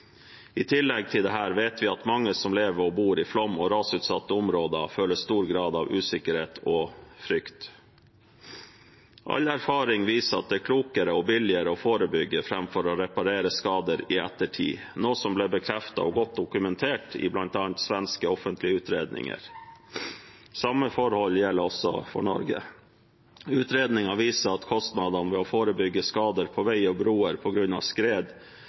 I tillegg vet vi at mange som lever og bor i flom- og rasutsatte områder, føler stor grad av usikkerhet og frykt. All erfaring viser at det er klokere og billigere å forebygge framfor å reparere skader i ettertid, noe som ble bekreftet og godt dokumentert i bl.a. svenske offentlige utredninger. Samme forhold gjelder også for Norge. Utredninger viser at kostnadene ved å forebygge skader på veier og broer på grunn av skred,